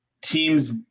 teams